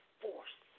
force